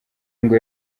ngo